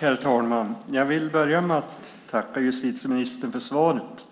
Herr talman! Jag vill börja med att tacka justitieministern för svaret.